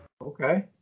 Okay